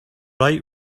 right